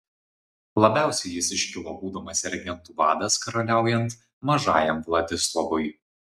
labiausiai jis iškilo būdamas regentų vadas karaliaujant mažajam vladislovui